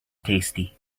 tasty